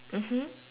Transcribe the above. mmhmm